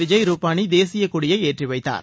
விஜய் ரூபானி தேசியக்கொடியை ஏற்றி வைத்தார்